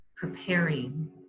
preparing